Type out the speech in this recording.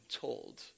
told